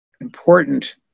important